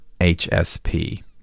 HSP